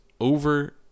over